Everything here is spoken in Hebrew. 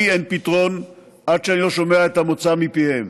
אין פתרון עד שאני לא שומע את מוצא פיהם.